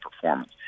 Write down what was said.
performance